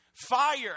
Fire